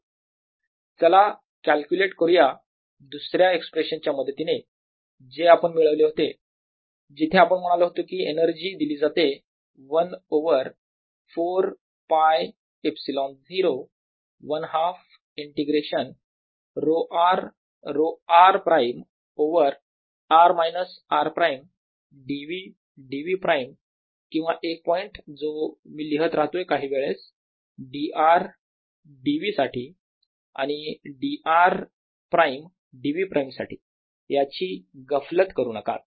E35Q24π0R चला कॅल्क्युलेट करूया दुसऱ्या एक्सप्रेशन च्या मदतीने जे आपण मिळवले होते जिथे आपण म्हणालो होतो कि एनर्जी दिली जाते 1 over 4 π ε0 1 half integration ρ r ρ r prime over r minus r prime d v d v prime किंवा एक पॉईंट जो मी लिहत राहतोय काही वेळेस d r d v साठी आणि d r prime d v prime साठी त्याची गफलत करू नका